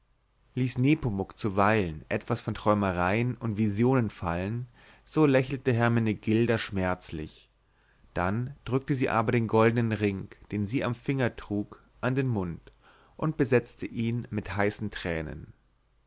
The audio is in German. ließ nepomuk zuweilen etwas von träumereien und visionen fallen so lächelte hermenegilda schmerzlich dann drückte sie aber den goldnen ring den sie am finger trug an den mund und benetzte ihn mit heißen tränen